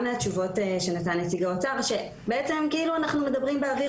מהתשובות שנתן נציג האוצר שכביכול אנחנו מדברים באוויר,